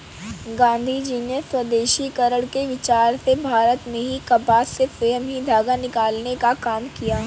गाँधीजी ने स्वदेशीकरण के विचार से भारत में ही कपास से स्वयं ही धागा निकालने का काम किया